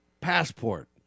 passport